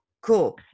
Cool